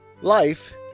Life